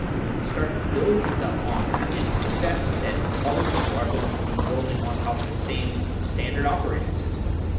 and you could start to build stuff on that and expect that other people are going to be building on top of the same standard operating system